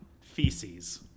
feces